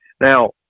Now